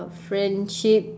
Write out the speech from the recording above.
friendship